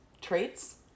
traits